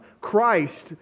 Christ